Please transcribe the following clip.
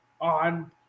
on